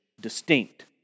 distinct